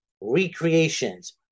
recreations